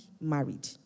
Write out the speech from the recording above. married